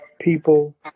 people